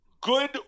Good